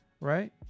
right